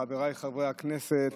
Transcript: חבריי חברי הכנסת,